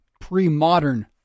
pre-modern